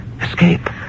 Escape